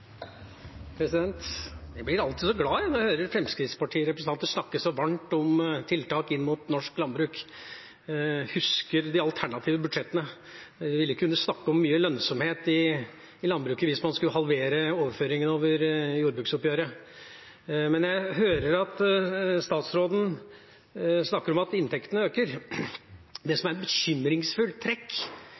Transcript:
Jeg blir alltid så glad når jeg hører Fremskrittspartiet-representanter snakke så varmt om tiltak inn mot norsk landbruk. Jeg husker de alternative budsjettene. Vi ville ikke kunnet snakke om mye lønnsomhet i landbruket hvis man skulle halvere overføringene over jordbruksoppgjøret. Jeg hører at statsråden snakker om at inntektene øker. Det som er et bekymringsfullt trekk